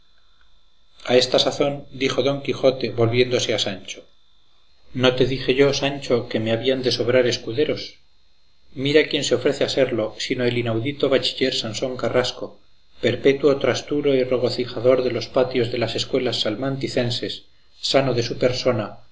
a esta sazón dijo don quijote volviéndose a sancho no te dije yo sancho que me habían de sobrar escuderos mira quién se ofrece a serlo sino el inaudito bachiller sansón carrasco perpetuo trastulo y regocijador de los patios de las escuelas salmanticenses sano de su persona